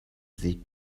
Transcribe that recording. they